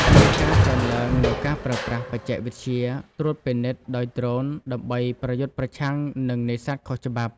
មានការកើនឡើងនូវការប្រើប្រាស់ បច្ចេកវិទ្យា ត្រួតពិនិត្យដោយដ្រូនដើម្បីប្រយុទ្ធប្រឆាំងនឹងនេសាទខុសច្បាប់។